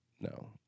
no